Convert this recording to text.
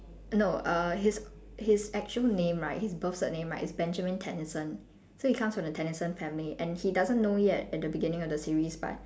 no uh his his actual name right his birth cert name right is benjamin-tennison so he comes from the tennison family and he doesn't know yet at the beginning of the series but